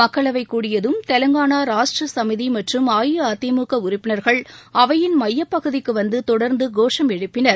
மக்களவை கூடியதும் தெலங்காளா ராஷ்ட்ர சமிதி மற்றும் அஇஅதிமுக உறுப்பினர்கள் அவையின் மையப்பகுதிக்கு வந்து தொடர்ந்து கோஷம் எழுப்பினர்